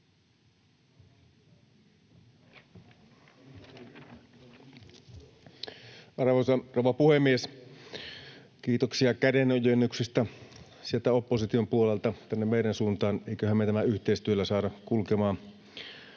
Arvoisa rouva puhemies! Kiitoksia kädenojennuksista sieltä opposition puolelta tänne meidän suuntaan. Eiköhän me tämä yhteistyöllä saada kulkemaan